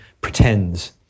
pretends